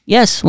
Yes